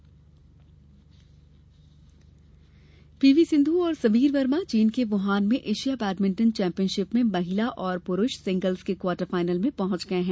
badminton P V Sindhu और समीर वर्मा चीन के वुहान में एशिया बैडमिंटन चैम्पियनशिप में महिला और पुरूष सिंगल्स के क्वामर्टर फाइनल में पहुंच गये हैं